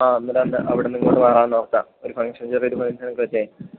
ആ അന്നേരം അവിടുന്ന് ഇങ്ങോട്ട് മാറാം എന്നോർത്താ ഒരു ഫങ്ങ്ഷൻ ചെറിയൊരു ഫങ്ഷനൊക്കെ വെച്ചേ